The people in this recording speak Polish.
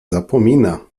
zapomina